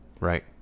right